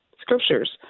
scriptures